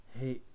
hey